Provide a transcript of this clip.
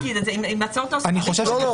לעניין הצד השני, התשובה שלי היא כפולה.